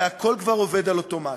הרי הכול כבר עובד על אוטומט,